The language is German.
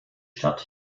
stadt